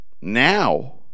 Now